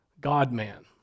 God-man